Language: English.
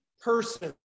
person